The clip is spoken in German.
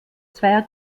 zweier